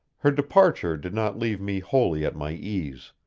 her departure did not leave me wholly at my ease.